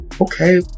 okay